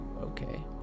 Okay